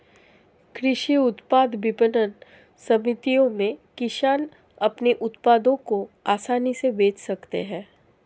कृषि उत्पाद विपणन समितियों में किसान अपने उत्पादों को आसानी से बेच सकते हैं